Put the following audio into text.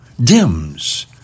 dims